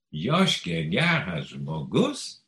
joškė geras žmogus